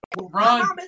Run